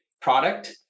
product